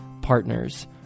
partners